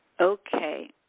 Okay